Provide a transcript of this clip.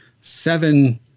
seven